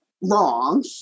wrong